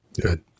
Good